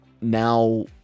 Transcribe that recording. Now